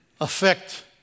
affect